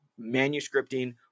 manuscripting